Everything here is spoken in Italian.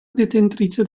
detentrice